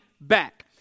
back